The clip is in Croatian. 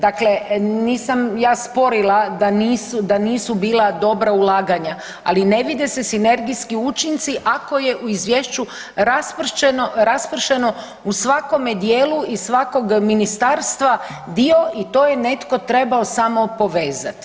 Dakle, nisam ja sporila da nisu bila dobra ulaganja, ali ne vide se sinergijski učinci ako je u izvješću raspršeno u svakome dijelu iz svakog ministarstva dio i to je netko trebao samo povezati.